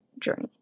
journey